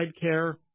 care